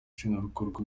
nshingwabikorwa